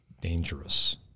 dangerous